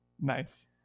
nice